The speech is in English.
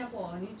is still